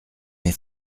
mes